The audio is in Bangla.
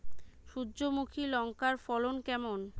সূর্যমুখী লঙ্কার ফলন কেমন?